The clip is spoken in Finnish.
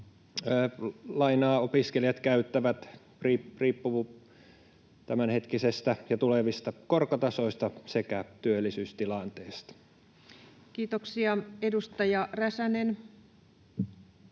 lainaa opiskelijat käyttävät, riippuu tämänhetkisistä ja tulevista korkotasoista sekä työllisyystilanteesta. [Speech 17] Speaker: